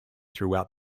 throughout